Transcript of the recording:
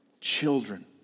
Children